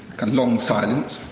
long silence.